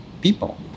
people